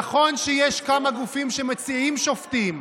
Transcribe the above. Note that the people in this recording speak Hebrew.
נכון שיש כמה גופים שמציעים שופטים,